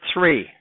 three